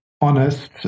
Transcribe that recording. honest